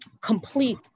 complete